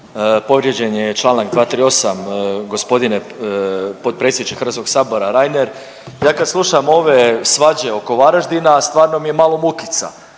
Povrijeđen je članak 238. gospodine potpredsjedniče Hrvatskog sabora Reiner ja kad slušam ove svađe oko Varaždina stvarno mi je malo mukica.